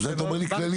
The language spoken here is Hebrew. זה אתה אומר לי בכללי.